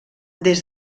des